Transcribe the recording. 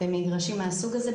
במגרשים מן הסוג הזה,